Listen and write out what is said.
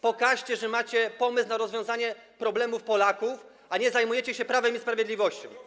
Pokażcie, że macie pomysł na rozwiązanie problemów Polaków, a nie zajmujecie się Prawem i Sprawiedliwością.